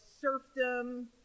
serfdom